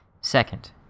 second